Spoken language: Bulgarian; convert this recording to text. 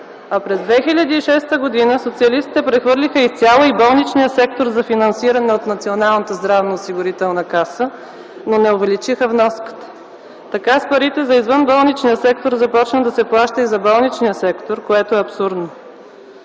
а през 2006 г. социалистите прехвърлиха изцяло и болничния сектор за финансиране от Националната здравноосигурителна каса, но не увеличиха вноската. Така с парите за извънболничния сектор започна да се плаща и за болничния сектор, което е абсурдно.